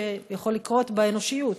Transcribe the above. שיכול לקרות באנושיות,